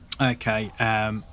Okay